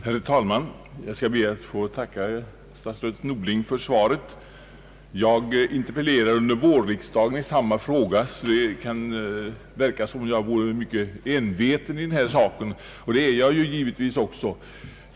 Herr talman! Jag skall be att få tacka statsrådet Norling för svaret. Jag interpellerade under vårriksdagen i samma fråga. Det verkar därför som om jag vore mycket enveten i denna sak, och det är jag givetvis.